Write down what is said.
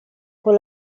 con